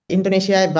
Indonesia